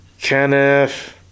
Kenneth